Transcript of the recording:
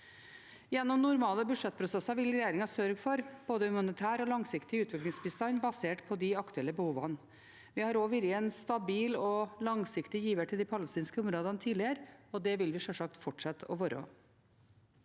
Gjennom normale budsjettprosesser vil regjeringen sørge for både humanitær og langsiktig utviklingsbistand basert på de aktuelle behovene. Vi har vært en stabil og langsiktig giver til de palestinske områdene tidligere, og det vil vi selvsagt fortsette å være.